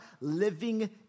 living